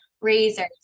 razors